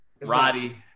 Roddy